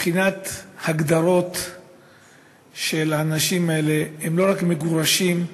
מבחינת ההגדרות של האנשים האלה, הם לא רק מגורשים,